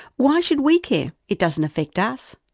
why should we care? it doesn't affect us.